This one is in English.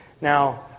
Now